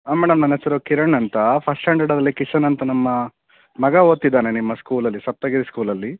madam ನನ್ನ ಹೆಸರು ಕಿರಣ್ ಅಂತ ಫಸ್ಟ್ ಸ್ಟ್ಯಾಂಡರ್ಡಲ್ಲಿ ಕಿಶನ್ ಅಂತ ನಮ್ಮ ಮಗ ಓದ್ತಿದ್ದಾನೆ ನಿಮ್ಮ ಸ್ಕೂಲಲ್ಲಿ ಸಪ್ತಗಿರಿ ಸ್ಕೂಲಲ್ಲಿ